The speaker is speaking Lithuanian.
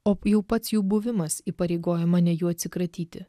o jau pats jų buvimas įpareigoja mane jų atsikratyti